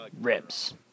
ribs